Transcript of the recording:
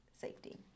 safety